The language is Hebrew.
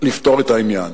לפתור את העניין.